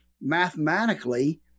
mathematically